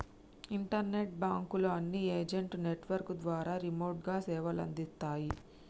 internet బాంకుల అన్ని agent network ద్వారా రిమోట్ గా సేవలందిత్తాయి